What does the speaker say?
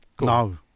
No